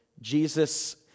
Jesus